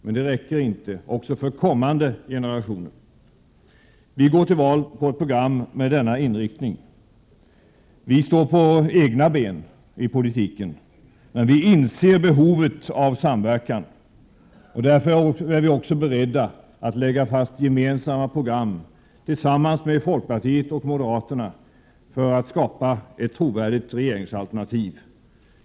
Men det räcker inte — vi måste också ta ansvar för kommande generationer. Centerpartiet går till val på ett program med denna inriktning. Vi står på egna ben i politiken, men vi inser behovet av samverkan. Därför är vi också beredda att lägga fast gemensamma program tillsammans med folkpartiet och moderaterna för att skapa ett trovärdigt regeringsalternativ.